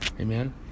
Amen